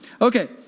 Okay